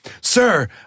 sir